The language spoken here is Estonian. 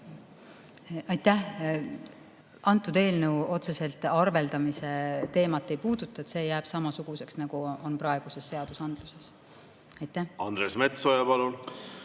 Aitäh! See eelnõu otseselt arveldamise teemat ei puuduta. See jääb samasuguseks, nagu on praeguses seadusandluses. Andres Metsoja, palun!